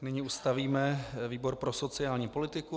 Nyní ustavíme výbor pro sociální politiku.